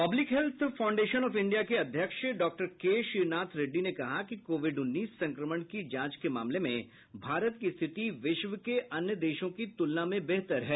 public health foundation of India के अध्यक्ष doctor K Shrinath Reddy ने कहा कि कोविड उन्नीस संक्रमण की जांच के मामले में भारत की स्थिति विश्व के अन्य देशों की तुलना में बेहतर है